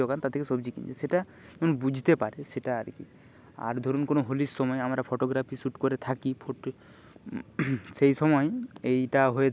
যদি তাদেরকে ফোন করে ডাকি তারা আসার আসতে অনেক লেট করে বা দেরি করে সেই জন্য আমি একাই চলে যাই ও একাই দৌড়ই